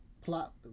Plot